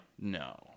No